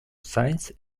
seance